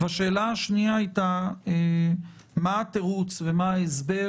והשאלה השנייה הייתה מה התירוץ ומה ההסבר